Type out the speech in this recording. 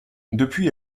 depuis